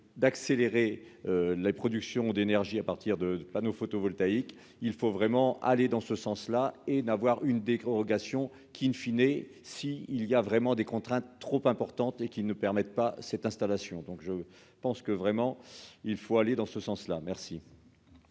d'accélérer la production d'énergie à partir de panneaux photovoltaïques, il faut vraiment aller dans ce sens-là et n'avoir une dérogation qui ne FIN& si il y a vraiment des contraintes trop importantes et qui ne permettent pas cette installation, donc je pense que vraiment il faut aller dans ce sens-là, merci.